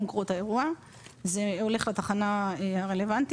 שבו קרה האירוע וזה הולך לתחנה הרלוונטית.